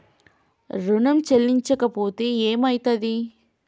ఋణం చెల్లించకపోతే ఏమయితది?